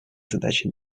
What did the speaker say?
задачей